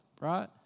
right